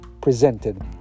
presented